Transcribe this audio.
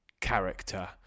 character